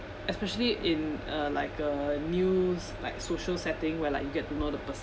especially in uh like a new s~ like social setting where like you get to know the person